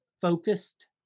focused